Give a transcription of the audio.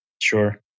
Sure